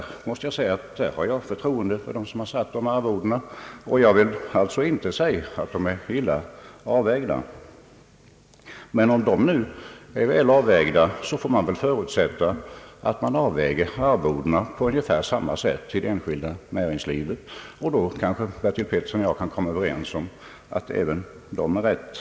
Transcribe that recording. Jag har fullt förtroende för dem som har fastställt dessa arvoden och påstår inte att de är illa avvägda. Om de nu är väl avvägda, får man väl också förutsätta att man avväger arvodena till det enskilda näringslivets styrelseledamöter på ungefär samma sätt. Då kanske herr Petersson och jag kan komma överens om att även de är riktiga.